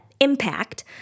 impact